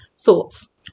thoughts